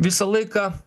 visą laiką